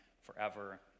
forever